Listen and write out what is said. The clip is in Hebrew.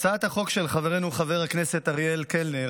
הצעת החוק של חברנו חבר הכנסת אריאל קלנר,